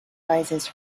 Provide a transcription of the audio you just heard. arises